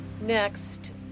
Next